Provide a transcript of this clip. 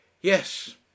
yes